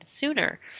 sooner